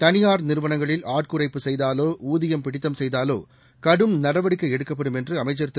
தனியாா் நிறுவனங்களில் ஆட்குறைப்பு செய்தாலோ ஊதியம் பிடித்தம் செய்தாலோ கடும் நடவடிக்கை எடுக்கப்படும் என்று அமைச்சா் திரு